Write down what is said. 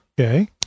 okay